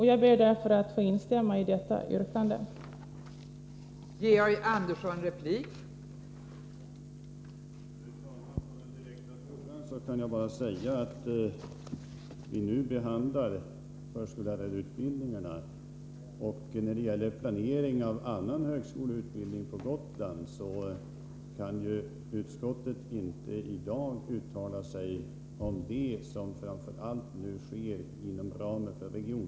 Jag ber därför att få instämma i yrkandet om återremiss.